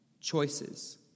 choices